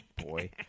boy